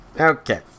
Okay